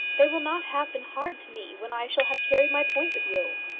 they will not have been hard to me when i shall have carried my point with you.